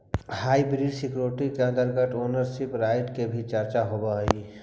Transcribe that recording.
hybrid security के अंतर्गत ownership right के भी चर्चा होवऽ हइ